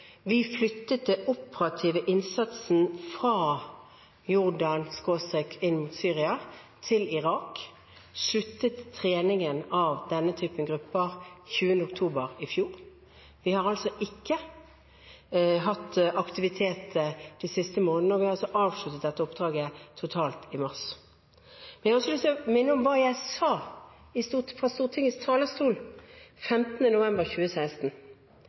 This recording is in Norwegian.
vi flyttet den operative innsatsen fra Jordan/Syria til Irak og avsluttet treningen av denne typen grupper 20. oktober i fjor. Vi har altså ikke hatt aktivitet de siste månedene, og vi har altså avsluttet dette oppdraget totalt i mars. Men jeg har også lyst til å minne om hva jeg sa fra Stortingets talerstol 15. november 2016: